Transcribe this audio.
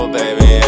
baby